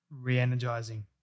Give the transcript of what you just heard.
re-energizing